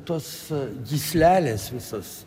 tos gyslelės visos